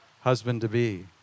husband-to-be